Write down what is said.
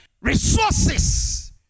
resources